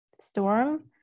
Storm